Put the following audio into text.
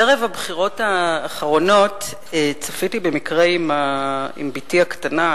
ערב הבחירות האחרונות צפיתי במקרה עם בתי הקטנה,